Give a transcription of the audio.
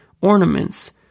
ornaments